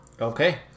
Okay